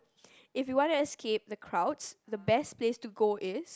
if you wanna escape the crowds the best place to go is